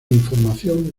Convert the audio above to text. información